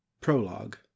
Prologue